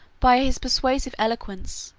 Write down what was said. by his persuasive eloquence,